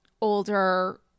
older